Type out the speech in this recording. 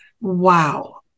Wow